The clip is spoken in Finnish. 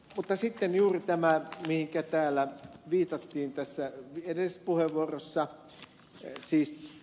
mutta sitten juuri tämä mihinkä täällä viitattiin tässä edellisessä puheenvuorossa